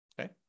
Okay